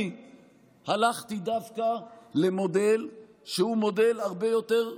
אני הלכתי דווקא למודל שהוא מודל הרבה יותר זהיר,